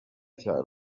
cya